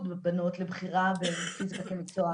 בנות לבחירה בפיזיקה כמקצוע מורחב לחמש יחידות לימוד.